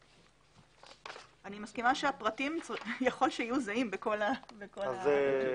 אני מסכימה שהפרטים יכול שיהיו זהים בכל הטפסים.